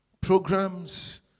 programs